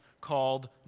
called